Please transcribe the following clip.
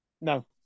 no